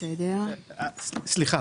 בדוגמה,